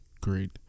great